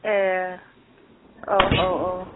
ए अ अ औ